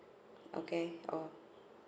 okay oh